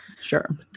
Sure